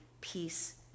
peace